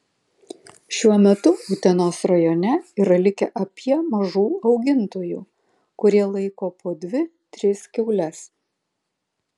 šiuo metu utenos rajone yra likę apie mažų augintojų kurie laiko po dvi tris kiaules